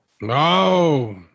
No